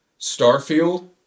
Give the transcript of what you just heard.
Starfield